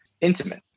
intimate